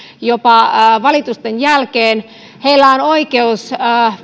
jopa valitusten jälkeen on oikeus